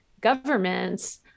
governments